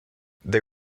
they